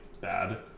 bad